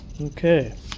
okay